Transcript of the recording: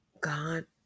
God